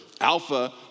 Alpha